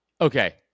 okay